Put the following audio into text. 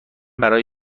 برای